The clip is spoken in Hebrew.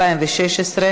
הספקת?